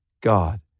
God